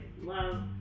love